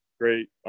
great